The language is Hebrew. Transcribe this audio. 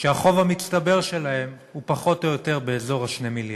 שהחוב המצטבר שלהם הוא פחות או יותר באזור 2 מיליארד.